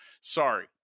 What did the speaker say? sorry